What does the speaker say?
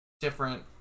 different